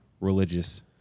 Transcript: religious